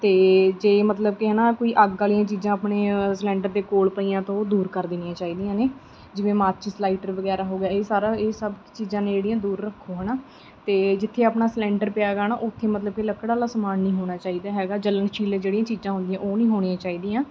ਅਤੇ ਜੇ ਮਤਲਬ ਕਿ ਹੈ ਨਾ ਕੋਈ ਅੱਗ ਵਾਲੀਆਂ ਚੀਜ਼ਾਂ ਆਪਣੇ ਸਿਲੰਡਰ ਦੇ ਕੋਲ ਪਈਆਂ ਤਾਂ ਉਹ ਦੂਰ ਕਰ ਦੇਣੀਆਂ ਚਾਹੀਦੀਆਂ ਨੇ ਜਿਵੇਂ ਮਾਚਿਸ ਲਾਈਟਰ ਵਗੈਰਾ ਹੋ ਗਿਆ ਇਹ ਸਾਰਾ ਇਹ ਸਭ ਚੀਜ਼ਾਂ ਨੇ ਜਿਹੜੀਆਂ ਦੂਰ ਰੱਖੋ ਹੈ ਨਾ ਅਤੇ ਜਿੱਥੇ ਆਪਣਾ ਸਿਲੰਡਰ ਪਿਆ ਹੈਗਾ ਨਾ ਉੱਥੇ ਮਤਲਬ ਕਿ ਲੱਕੜ ਵਾਲਾ ਸਮਾਨ ਨਹੀਂ ਹੋਣਾ ਚਾਹੀਦਾ ਹੈਗਾ ਜਲਨਸ਼ੀਲ ਆ ਜਿਹੜੀਆਂ ਚੀਜ਼ਾਂ ਹੁੰਦੀਆਂ ਉਹ ਨਹੀਂ ਹੋਣੀਆਂ ਚਾਹੀਦੀਆਂ